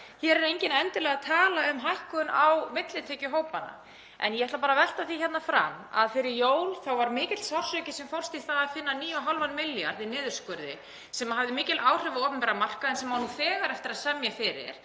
Hér er enginn endilega að tala um hækkun á millitekjuhópana en ég ætla bara að kasta því hér fram að fyrir jól var mikill sársauki sem fólst í að finna 9,5 milljarða í niðurskurð sem hafði mikil áhrif á opinbera markaðinn sem á enn eftir að semja fyrir.